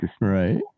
Right